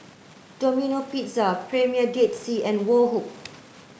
Domino Pizza Premier Dead Sea and Woh Hup